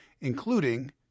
including